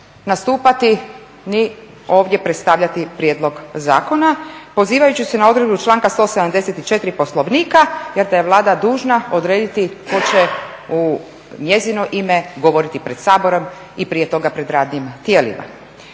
nastupati ni ovdje predstavljati prijedlog zakona pozivajući se na odredbu članka 174. Poslovnika jer da je Vlada dužna odrediti tko će u njezino ime govoriti pred Saborom i prije toga pred radnim tijelima.